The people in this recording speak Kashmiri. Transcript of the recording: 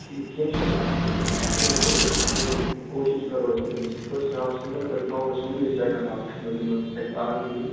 ٹھیک کیٚنٛہہ چھُنہٕ اَصٕل اَصٕل ہے گوٚو أسۍ کَرو کوٗشِش کَرو أسۍ تیٚلہِ أسۍ فٔسٹ ہافسٕے منٛز تیٚلہِ تھاوَو أسۍ ہُمنٕے سَیٚکَنٛڈ ہافَس منٛز یِمَن اَتہِ آل ریڈی ٲسۍ